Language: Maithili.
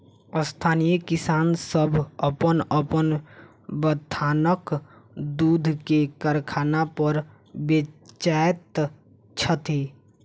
स्थानीय किसान सभ अपन अपन बथानक दूध के कारखाना पर बेचैत छथि